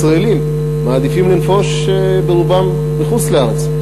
ישראלים מעדיפים לנפוש ברובם בחוץ-לארץ,